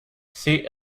see